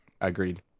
Agreed